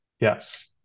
yes